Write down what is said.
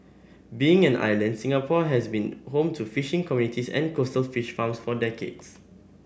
being an island Singapore has been home to fishing communities and coastal fish farms for decades